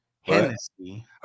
Hennessy